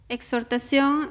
Exhortación